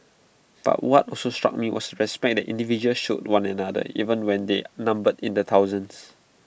but what also struck me was respect that individuals showed one another even when they numbered in the thousands